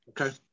Okay